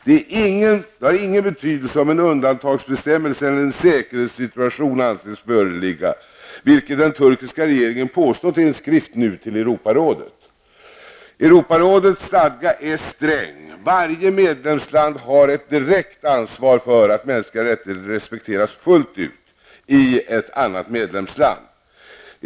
Det har ingen betydelse om en undantagsbestämmelse eller säkerhetssituation anses föreligga. Europarådets stadgar är sträng. Varje medlemsland har ett direkt ansvar för att mänskliga rättigheter respekteras fullt ut i ett annat medlemsland.